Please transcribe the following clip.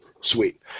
Sweet